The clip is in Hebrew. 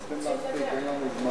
צריכים להספיק, אין לנו זמן.